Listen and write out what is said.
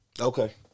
okay